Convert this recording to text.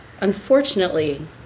unfortunately